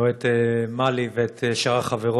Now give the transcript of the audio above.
אני רואה את מלי ואת שאר החברות